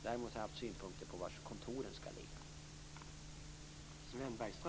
Däremot har jag haft synpunkter på var kontoren skall ligga.